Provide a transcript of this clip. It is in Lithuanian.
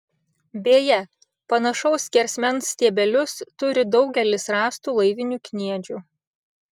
beje panašaus skersmens stiebelius turi daugelis rastų laivinių kniedžių